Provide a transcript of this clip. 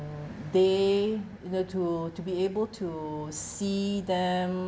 they you know to to be able to see them